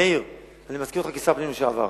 מאיר, אני מזכיר אותך כשר פנים לשעבר.